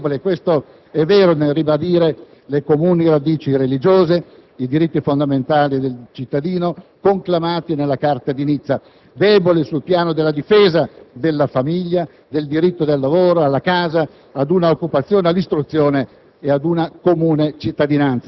una Costituzione forse ancora debole - questo è vero - nel ribadire le comuni radici religiose, i diritti fondamentali del cittadino, conclamati nella Carta di Nizza, e debole sul piano della difesa della famiglia, del diritto al lavoro, alla casa, a un'occupazione, all'istruzione